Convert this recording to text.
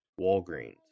Walgreens